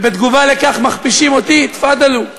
ובתגובה לכך מכפישים אותי, תפאדלו.